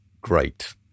great